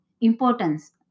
importance